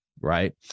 right